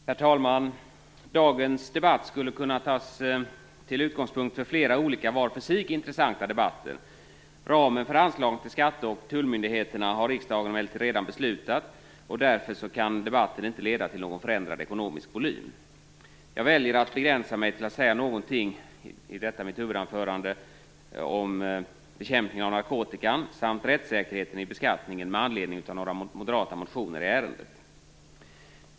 Herr talman! Dagens debatt skulle kunna tas till utgångspunkt till flera olika var för sig intressanta debatter. Ramen för anslagen till skatte och tullmyndigheterna har riksdagen emellertid redan beslutat om, och därför kan debatten inte leda till någon förändrad ekonomisk volym. Jag väljer att i detta mitt huvudanförande begränsa mig till att säga någonting om bekämpningen av narkotikan samt om rättssäkerheten i beskattningen, med anledning av några moderata motioner i ärendet.